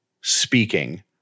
speaking